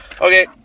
Okay